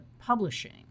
publishing